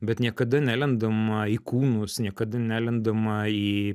bet niekada nelendama į kūnus niekada nelendama į